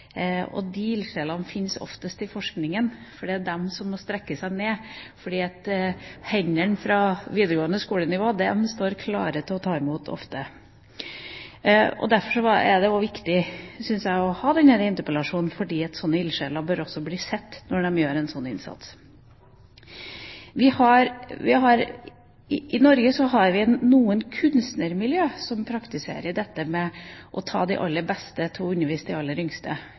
og de ildsjelene fins oftest i forskningen. Det er de som må strekke seg ned. For hendene på videregående skole-nivå står ofte klare til å ta imot. Derfor syns jeg det er viktig å ha denne interpellasjonen, for ildsjeler bør også bli sett når de gjør en slik innsats. I Norge har vi noen kunstnermiljøer som praktiserer dette med å la de aller beste undervise de aller yngste.